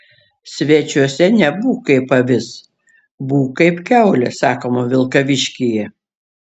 svečiuose nebūk kaip avis būk kaip kiaulė sakoma vilkaviškyje